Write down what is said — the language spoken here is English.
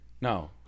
No